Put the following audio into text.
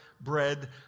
bread